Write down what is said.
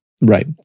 Right